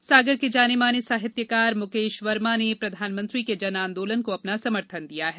जन आंदोलन सागर के जाने माने साहित्यकार मुकेश वर्मा ने प्रधानमंत्री के जन आंदोलन को अपना समर्थन दिया है